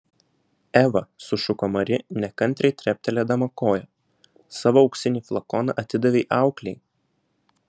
eva sušuko mari nekantriai treptelėdama koja savo auksinį flakoną atidavei auklei